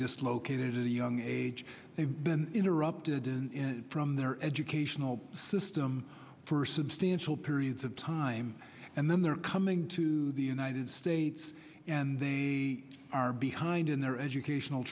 dislocated the young age they've been interrupted in from their educational system for substantial periods of time and then they're coming to the united states and they are behind in their educational